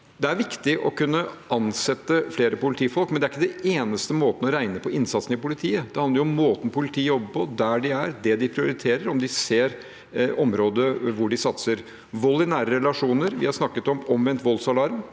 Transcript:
Det er viktig å kunne ansette flere politifolk, men det er ikke den eneste måten å regne på innsatsen i politiet på. Det handler om måten politiet jobber på, der de er, det de prioriterer, om de ser området der de satser. Til vold i nære relasjoner: Vi har snakket om omvendt voldsalarm.